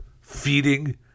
feeding